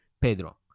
Pedro